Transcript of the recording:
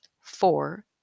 Four